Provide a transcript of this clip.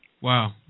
Wow